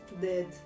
dead